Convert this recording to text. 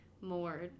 more